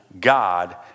God